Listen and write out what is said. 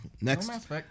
Next